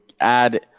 add